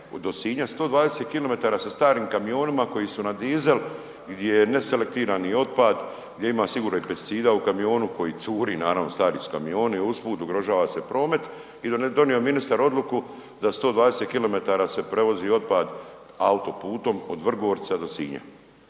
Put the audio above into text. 120 km sa starim kamionima koji su na diezel gdje je neselektirani otpad gdje ima sigurno i pesticida u kamionu koji curi, naravno stari su kamioni, a usput ugrožava se promet i donio je ministar odluku da 120 km se prevozi otpad autoputom od Vrgorca do Sinja